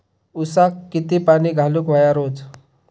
ऊसाक किती पाणी घालूक व्हया रोज?